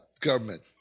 government